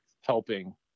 helping